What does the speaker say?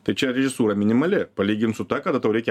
ta čia režisūra minimali palygint su ta kada tau reikia